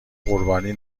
قربانی